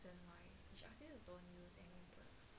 mm